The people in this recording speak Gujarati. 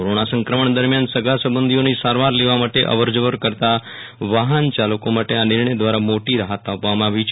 કોરોના સંક્રમણ દરમ્યાન સગા સંબંધિઓની સારવાર લેવા માટે અવર જવર કરતા વાહન ચાલકોને આ નિર્ણય દ્રારા મોટી રાહત આપવામાં આવી છે